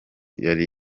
yari